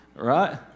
right